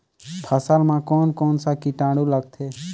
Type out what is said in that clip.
फसल मा कोन कोन सा कीटाणु लगथे?